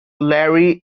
larry